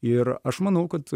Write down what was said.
ir aš manau kad